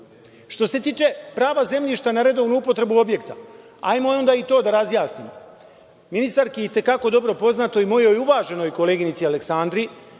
se tiče prava zemljišta na redovnu upotrebu objekta, ajmo onda i to da razjasnimo. Ministarki je i te kako dobro poznato i mojoj uvaženoj koleginici Aleksandri